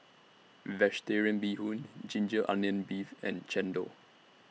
Vegetarian Bee Hoon Ginger Onions Beef and Chendol